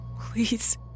Please